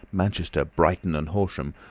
manchester, brighton and horsham,